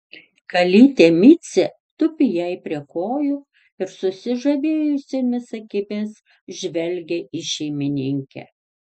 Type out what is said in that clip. kalytė micė tupi jai prie kojų ir susižavėjusiomis akimis žvelgia į šeimininkę